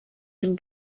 dem